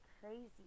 crazy